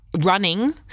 running